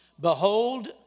Behold